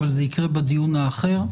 רק זה יקרה בדיון האחר.